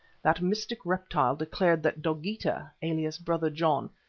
that mystic reptile declared that dogeetah, alias brother john,